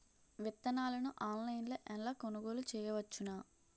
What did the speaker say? విత్తనాలను ఆన్లైన్లో ఎలా కొనుగోలు చేయవచ్చున?